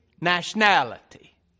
nationality